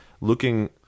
looking